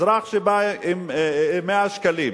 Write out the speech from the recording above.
אזרח שבא עם 100 שקלים,